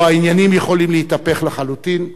או העניינים יכולים להתהפך לחלוטין.